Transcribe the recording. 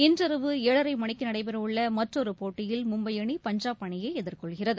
இன்றிரவு ஏழரைமணிக்குநடைபெறஉள்ளமற்றொருபோட்டியில் மும்பைஅணி பஞ்சாப் அணியைஎதிர்கொள்கிறது